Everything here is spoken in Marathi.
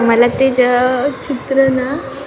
मला ते ज् चित्र नां